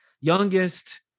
Youngest